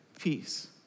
peace